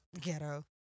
Ghetto